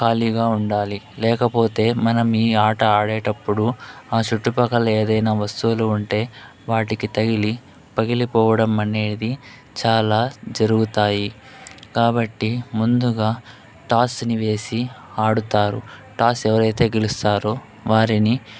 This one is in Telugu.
ఖాళీగా ఉండాలి లేకపోతే మనం ఈ ఆట ఆడేటప్పుడు ఆ చుట్టుపక్కల ఏదైనా వస్తువులు ఉంటే వాటికి తగిలి పగిలిపోవడం అనేది చాలా జరుగుతాయి కాబట్టి ముందుగా టాస్ ని వేసి ఆడుతారు టాస్ ఎవరైతే గెలుస్తారో వారిని